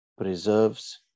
preserves